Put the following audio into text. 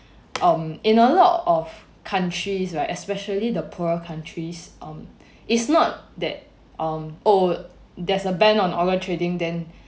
um in a lot of countries right especially the poorer countries um it's not that um oh there's a ban on organ trading then